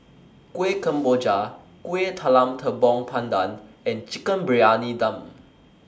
Kueh Kemboja Kueh Talam Tepong Pandan and Chicken Briyani Dum